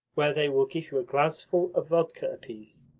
where they will give you a glassful of vodka apiece.